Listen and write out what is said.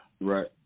right